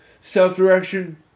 self-direction